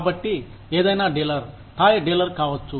కాబట్టి ఏదైనా డీలర్ థాయ్ డీలర్ కావచ్చు